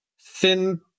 thin